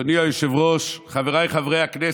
אדוני היושב-ראש, חבריי חברי הכנסת,